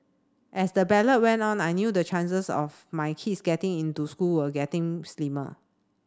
as the ballot went on I knew the chances of my kids getting into school were getting slimmer